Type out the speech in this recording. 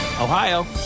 Ohio